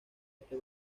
este